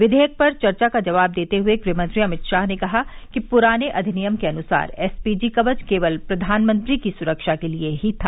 विधेयक पर चर्चा का जवाब देते हुए गृहमंत्री अमित शाह ने कहा कि पुराने अधिनियम के अनुसार एसपीजी कवच केवल प्रधानमंत्री की सुरक्षा के लिए ही था